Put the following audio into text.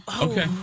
okay